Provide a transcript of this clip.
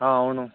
అవును